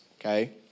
okay